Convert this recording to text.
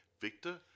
Victor